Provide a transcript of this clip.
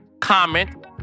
comment